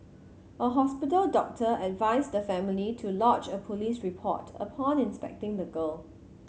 a hospital doctor advised the family to lodge a police report upon inspecting the girl